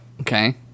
Okay